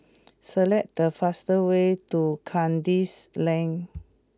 select the fast way to Kandis Lane